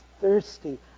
thirsty